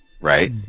Right